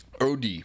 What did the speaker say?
od